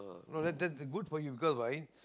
uh tha~ that that's good for you guys right